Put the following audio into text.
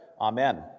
Amen